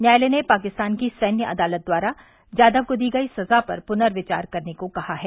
न्यायालय ने पाकिस्तान की सैन्य अदालत द्वारा जाधव को दी गई सजा पर प्नर्विचार करने को कहा है